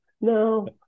no